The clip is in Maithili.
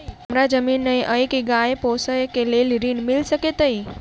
हमरा जमीन नै अई की गाय पोसअ केँ लेल ऋण मिल सकैत अई?